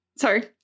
Sorry